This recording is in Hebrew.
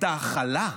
את ההכלה,